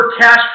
cash